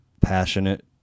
passionate